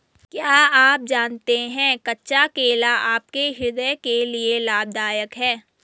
क्या आप जानते है कच्चा केला आपके हृदय के लिए लाभदायक है?